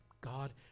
God